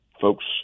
folks